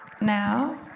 now